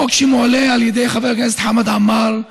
חוק שמועלה על ידי חבר הכנסת חמד עמאר,